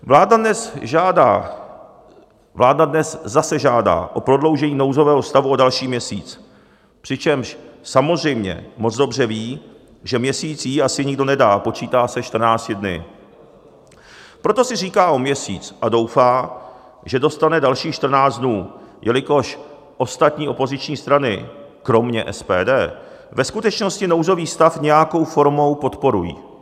Vláda dnes zase žádá o prodloužení nouzového stavu o další měsíc, přičemž samozřejmě moc dobře ví, že měsíc jí asi nikdo nedá, počítá se 14 dny, proto si říká o měsíc a doufá, že dostane dalších 14 dnů, jelikož ostatní opoziční strany kromě SPD ve skutečnosti nouzový stav nějakou formou podporují.